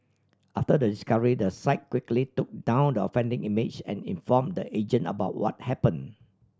after the discovery the site quickly took down the offending image and inform the agent about what happen